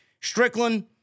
Strickland